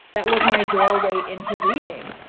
that was my doorway into reading.